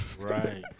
Right